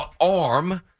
arm